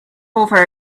over